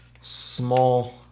small